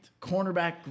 cornerback